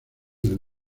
del